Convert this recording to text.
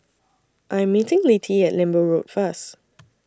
I Am meeting Littie At Lembu Road First